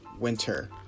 winter